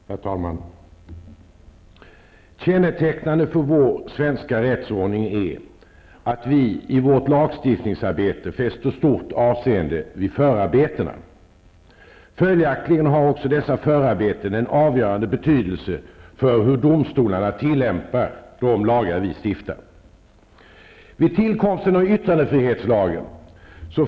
Herr talman! Kännetecknande för vår svenska rättsordning är att vi i vårt lagstiftningsarbete fäster stort avseende vid förarbetena. Följaktligen har dessa förarbeten en avgörande betydelse för hur domstolarna tillämpar de lagar som vi stiftar.